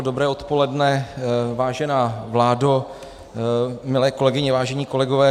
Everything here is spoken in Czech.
Dobré odpoledne, vážená vládo, milé kolegyně, vážení kolegové.